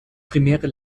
primäre